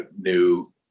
new